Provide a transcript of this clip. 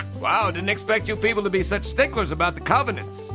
wow, didn't expect you people to be such sticklers about the covenants.